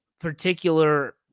particular